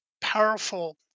powerful